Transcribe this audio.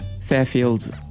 Fairfield's